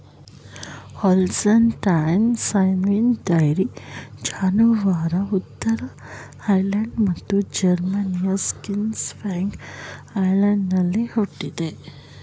Holstein Friesians dairy ಜಾನುವಾರು ಉತ್ತರ Holland ಮತ್ತು ಜರ್ಮನಿ ಸ್ಕ್ಲೆಸ್ವಿಗ್ ಹೋಲ್ಸ್ಟೈನಲ್ಲಿ ಹುಟ್ಟಿದೆ